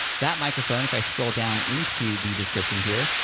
that microphone, if i scroll down into the description here,